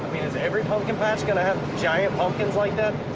is every pumpkin patch gonna have giant pumpkins like that?